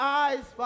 eyes